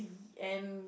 and